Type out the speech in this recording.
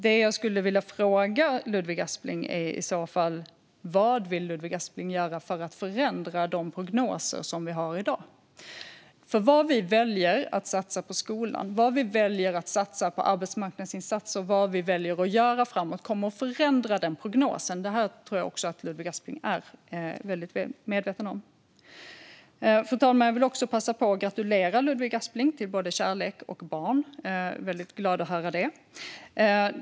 Det jag skulle vilja fråga Ludvig Aspling är vad Ludvig Aspling vill göra för att förändra den prognos som vi har i dag, för vad vi väljer att satsa på skolan, vad vi väljer att satsa på arbetsmarknadsinsatser och vad vi väljer att göra framåt kommer att förändra prognosen. Det tror jag också att Ludvig Aspling är väldigt medveten om. Fru talman! Jag vill också passa på att gratulera Ludvig Aspling till både kärlek och barn. Jag är väldigt glad att höra det.